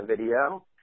video